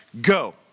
go